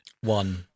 One